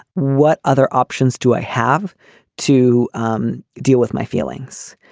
what other options do i have to um deal with my feelings?